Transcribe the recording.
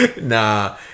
Nah